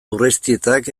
urreiztietak